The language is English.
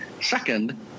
Second